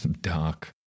dark